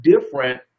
different